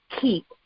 keep